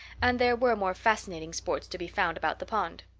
and there were more fascinating sports to be found about the pond.